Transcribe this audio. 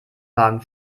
wagen